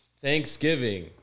Thanksgiving